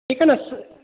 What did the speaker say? ठीक आहे ना अस